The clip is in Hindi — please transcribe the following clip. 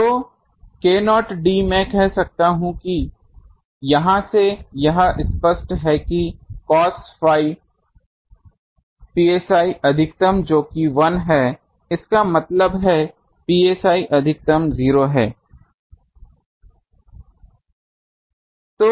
तो k0 d मैं कह सकता हूँ कि यहाँ से यह स्पष्ट है कि cos phi psi अधिकतम जो कि 1 है इसका मतलब है psi अधिकतम 0 है